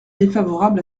défavorable